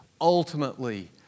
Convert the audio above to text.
Ultimately